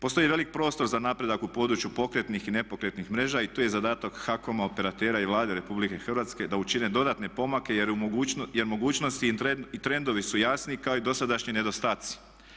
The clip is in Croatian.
Postoji veliki prostor za napredak u području pokretnih i nepokretnih mreža i tu je zadatak HAKOM-a, operatera i Vlade Republike Hrvatske da učine dodatne pomake jer mogućnosti i trendovi su jasni kao i dosadašnji nedostaci.